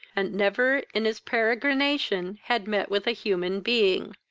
and never in his peregrination had met with a human being.